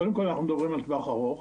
קודם כל, אנחנו מדברים על טווח ארוך,